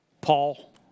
Paul